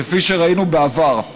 כפי שראינו בעבר,